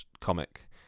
comic